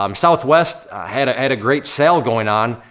um southwest had ah had a great sale going on,